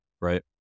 Right